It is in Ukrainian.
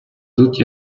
тут